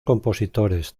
compositores